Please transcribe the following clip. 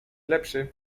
lepszy